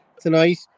tonight